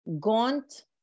gaunt